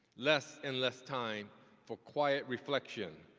less and less time for quiet reflection,